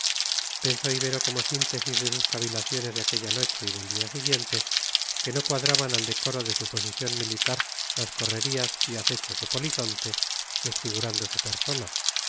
pensó ibero como síntesis de sus cavilaciones de aquella noche y del siguiente día que no cuadraban al decoro de su posición militar las correrías y acechos de polizonte desfigurando su persona